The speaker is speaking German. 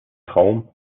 traum